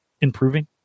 improving